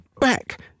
back